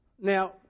Now